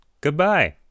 Goodbye